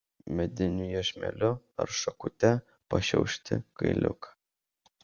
mediniu iešmeliu ar šakute pašiaušti kailiuką